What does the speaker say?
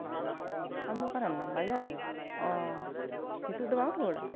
ᱟᱢ ᱫᱚ ᱚᱠᱟᱨᱮ ᱢᱮᱱᱟᱜ ᱢᱮᱭᱟ ᱵᱟᱡᱟᱨ ᱨᱮ ᱚ ᱱᱤᱛᱳᱜ ᱫᱚ ᱵᱟᱢ ᱨᱩᱣᱟᱹᱲᱟ